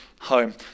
home